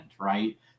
right